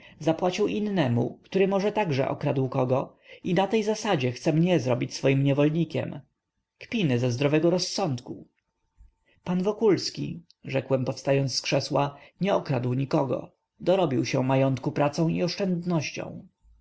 zapłacił innemu który może także okradł kogo i na tej zasadzie chce mnie zrobić swoim niewolnikiem kpiny ze zdrowego rozsądku pan wokulski rzekłem powstając z krzesła nie okradł nikogo dorobił się majątku pracą i oszczędnością